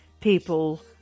People